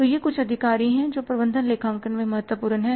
तो ये कुछ अधिकारी है जो प्रबंधन लेखांकन में महत्वपूर्ण हैं